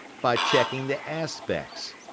by checking the aspects.